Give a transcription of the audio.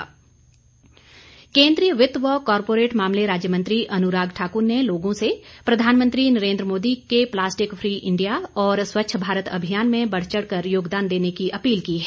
अनुराग ठाकुर केन्द्रीय वित्त व कॉरपोरेट मामले राज्य मंत्री अनुराग ठाकुर ने लोगों से प्रधानमंत्री नरेन्द्र मोदी के प्लास्टिक फ्री इंडिया और स्वच्छ भारत अभियान में बढ़चढ़ कर योगदान देने की अपील की है